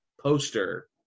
poster